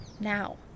now